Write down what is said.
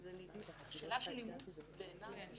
השאלה של אימוץ בעיניי היא